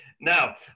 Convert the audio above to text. Now